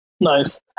Nice